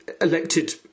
elected